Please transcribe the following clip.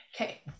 okay